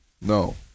No